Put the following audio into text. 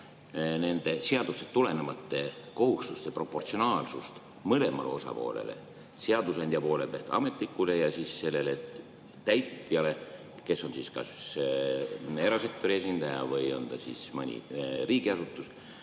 nende seadusest tulenevate kohustuste proportsionaalsust mõlemale osapoolele, seadusandja poole pealt ametnikule ja siis sellele täitjale, kes on kas erasektori esindaja või mõni riigiasutus?